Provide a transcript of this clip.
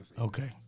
Okay